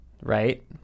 right